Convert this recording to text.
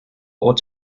ought